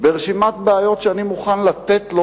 ברשימת בעיות שאני מוכן לתת לו,